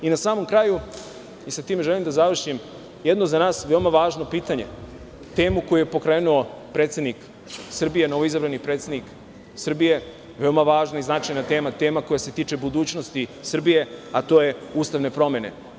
Na samom kraju, i sa time želim da završim, jedno za nas veoma važno pitanje, temu koju je pokrenuo predsednik Srbije, novoizabrani predsednik Srbije, veoma važna i značajna tema, tema koja se tiče budućnosti Srbije, a to su ustavne promene.